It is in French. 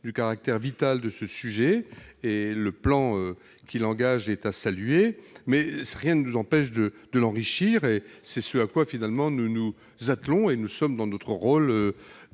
du caractère vital de ce sujet. Le plan qu'il engage est à saluer, mais rien ne nous empêche de l'enrichir. C'est ce à quoi nous nous attelons, ce en quoi nous sommes dans notre rôle